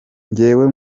njyewe